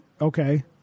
Okay